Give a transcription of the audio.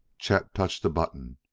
chet touched a button,